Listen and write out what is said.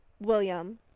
William